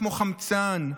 כמו חמצן.